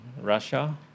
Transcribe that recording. Russia